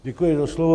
Děkuji za slovo.